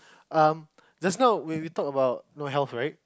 um just now when we talk about no health right